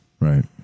Right